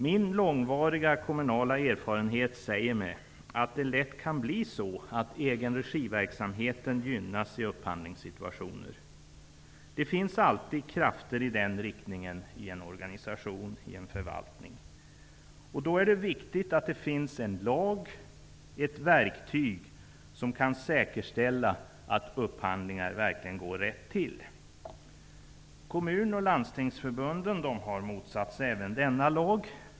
Min långvariga kommunala erfarenhet säger mig att det lätt kan bli så att egenregiverksamhet gynnas i upphandlingssituationer. Det finns alltid krafter i en sådan riktning i en organisation, i en förvaltning. Det är då viktigt att det finns en lag, ett verktyg, som kan säkerställa att upphandlingar går rätt till. Kommun och landstingsförbund har motsatt sig ett genomförande av även denna lag.